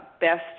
best